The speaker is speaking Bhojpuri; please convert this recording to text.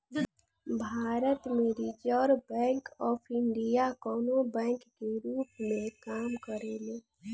भारत में रिजर्व बैंक ऑफ इंडिया कवनो बैंक के रूप में काम करेले